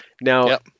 Now